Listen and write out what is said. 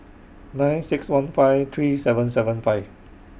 nine six one five three seven seven five